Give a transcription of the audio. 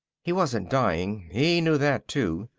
he wasn't dying. he knew that, too.